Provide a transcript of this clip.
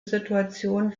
situation